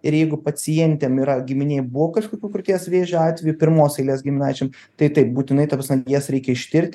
ir jeigu pacientėm yra giminėj buvo kažkokių krūties vėžio atvejų pirmos eilės giminaičiam tai taip būtinai ta prasme jas reikia ištirti